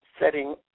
setting